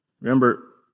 Remember